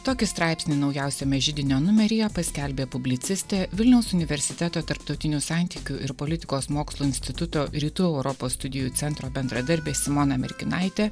tokį straipsnį naujausiame židinio numeryje paskelbė publicistė vilniaus universiteto tarptautinių santykių ir politikos mokslų instituto rytų europos studijų centro bendradarbė simona mirkinaitė